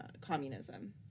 communism